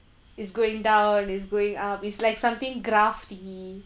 is going down is going up it's like something graph thingy